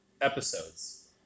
episodes